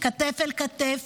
כתף אל כתף,